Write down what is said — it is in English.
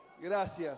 Gracias